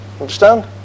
Understand